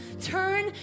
turn